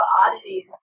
oddities